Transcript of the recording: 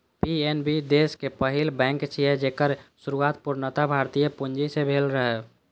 PNB देशक पहिल bank छियै, जेकर शुरुआत पूर्णतः भारतीय पूंजी सं भेल रहै